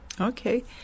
Okay